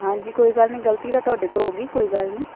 ਹਾਂਜੀ ਕੋਈ ਗੱਲ ਨਹੀਂ ਗਲਤੀ ਤਾਂ ਤੁਹਾਡੇ ਤੋਂ ਹੋ ਗਈ ਕੋਈ ਗੱਲ ਨਹੀਂ